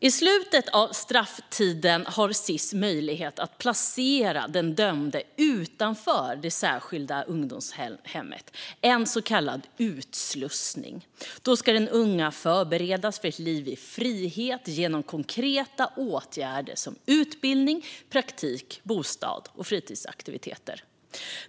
I slutet av strafftiden har Sis möjlighet att placera den dömde utanför det särskilda ungdomshemmet - det är en så kallad utslussning. Då ska den unge förberedas för ett liv i frihet genom konkreta åtgärder som utbildning, praktik, bostad och fritidsaktiviteter.